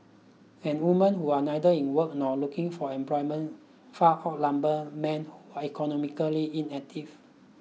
and women who are neither in work nor looking for employment far outnumber men are economically inactive